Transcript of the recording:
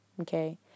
Okay